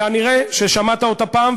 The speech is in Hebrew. כנראה שמעת אותה פעם,